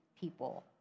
people